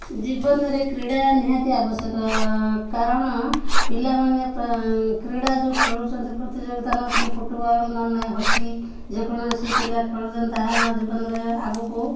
ଜୀବନରେ କ୍ରୀଡ଼ା ନିହାତି ଆବଶ୍ୟକ କାରଣ ପିଲାମାନେ କ୍ରୀଡ଼ା ଯେଉଁ ଖେଳୁଛନ୍ତି ପ୍ରତିଯୋଗିତା ନଉଛନ୍ତି ଫୁଟବଲ୍ ନା ନାଇଁ ହକି ଯେକୌଣସି ପିଲା ଖେଳୁଛନ୍ତି ତାହାର ଜୀବନରେ ଆଗକୁ